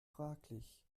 fraglich